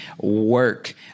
work